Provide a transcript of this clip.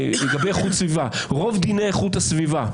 רוב דיני איכות הסביבה,